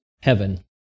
heaven